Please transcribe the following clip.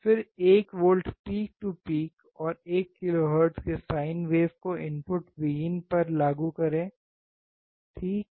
फिर 1 volt peak to peak और 1 kHz की साइन वेव को इनपुट Vin पर यहाँ लागू करें ठीक